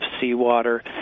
seawater